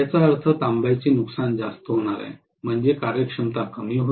याचा अर्थ तांब्याचे नुकसान जास्त होणार आहे म्हणजे कार्यक्षमता कमी होईल